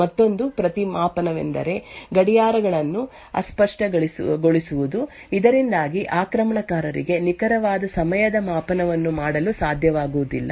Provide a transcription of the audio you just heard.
ಮತ್ತೊಂದು ಪ್ರತಿಮಾಪನವೆಂದರೆ ಗಡಿಯಾರಗಳನ್ನು ಅಸ್ಪಷ್ಟಗೊಳಿಸುವುದು ಇದರಿಂದಾಗಿ ಆಕ್ರಮಣಕಾರರಿಗೆ ನಿಖರವಾದ ಸಮಯದ ಮಾಪನವನ್ನು ಮಾಡಲು ಸಾಧ್ಯವಾಗುವುದಿಲ್ಲ